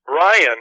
Ryan